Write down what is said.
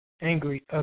angry